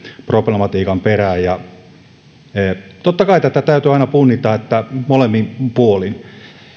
problematiikan perään totta kai tätä täytyy aina punnita molemmin puolin